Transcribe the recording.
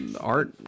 art